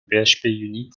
phpunit